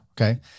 Okay